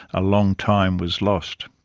a long time was lost.